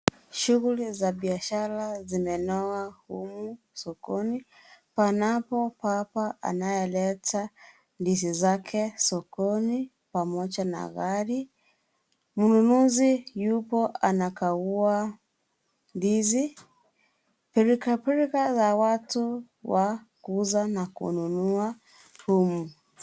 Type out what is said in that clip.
Shughuli za biashara zimenoga humu sokoni panapo baba anayeleta ndizi zake zokoni pamoja na gari. Mnunuzi yupo anakagua ndizi. Pilkapilka za watu wa kuuza na kununua humu.